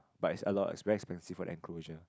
but it's a lot it's very expensive for that enclosure